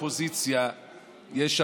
גאווה לשרת את המדינה.